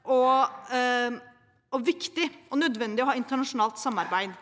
og viktig og nødvendig å ha internasjonalt samarbeid,